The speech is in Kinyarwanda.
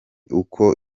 uko